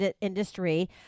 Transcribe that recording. industry